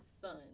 son